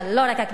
לא רק הכנסת?